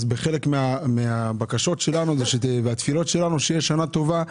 חלק מן הבקשות והתפילות שלנו הן שתהיה שנה טובה,